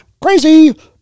Crazy